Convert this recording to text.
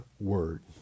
word